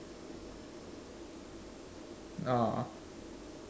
ah